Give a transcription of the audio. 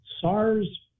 SARS